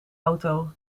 auto